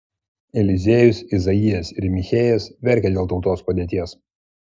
eliziejus izaijas ir michėjas verkė dėl tautos padėties